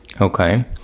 Okay